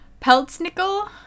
Peltznickel